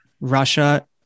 Russia